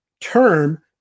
term